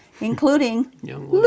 including